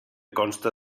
consta